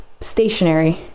stationary